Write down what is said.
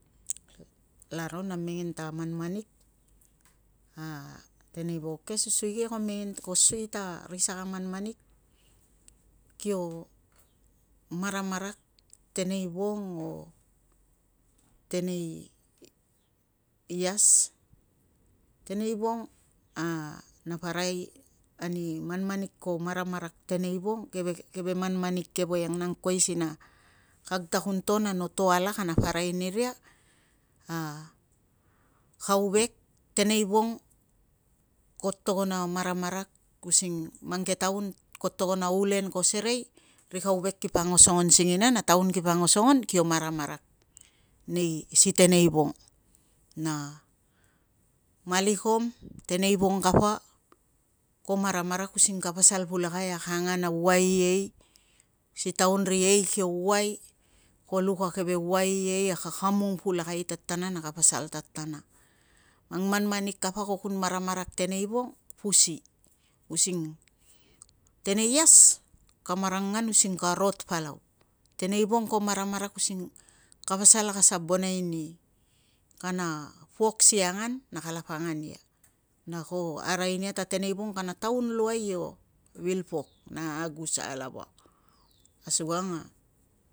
Kalaro na mengen ta manmanik, a tenei vauk ke a susui ke ko sui ta ri saka manmanik kio maramarak tenei vong o tenei ias. Tenei vong a napa arai ani manmanik ko maramarak tenei vong, keve manmanik ke voiang nang kuai si, na kag ta kun to no to alak a napa arai niria kauvek teneivong, ko togon a maramarak using mang ke taun ko togon a ulen ko serei, ri kauvek kipang osongon singina. Na taun kipa angosongon kio maramarak ni si tenei vong. Na malikom tenei vong kapa ko maramarak using ka pasal pulakai a ka angan a uai i ei si taun ri ei kio uai. Ko luk a keve uai i ei a ka kamung pulakai tatana na ka pasal tatana. Mang manmanik kapa kapo kun maramarak tenei vong pusi. Using tenei ias ka marangan using ka rot palau. Tenei vong ka maramarak using ka pasal a ka sabonai ani kana pok asi angan na kalapa angan ia. Na ko arai nia ta tenei vong kana taun luai ipo vil pok na agusa alava. Asukang a